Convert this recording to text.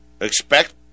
expect